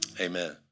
Amen